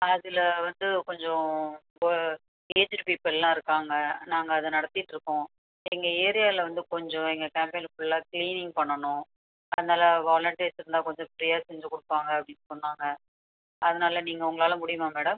அதில் வந்து கொஞ்சம் ஒ ஏஜுடு பீப்புள்லாம் இருக்காங்க நாங்கள் அதை நடத்திட்டுருக்கோம் எங்கள் ஏரியாவில வந்து கொஞ்சம் எங்கே ஃபுல்லாக க்ளீனிங் பண்ணணும் அதனால வாலன்ட்டியர்ஸ் இருந்தால் கொஞ்சம் ஃப்ரீயாக செஞ்சு கொடுப்பாங்க அப்படின்னு சொன்னாங்க அதனால நீங்கள் உங்களால் முடியுமா மேடம்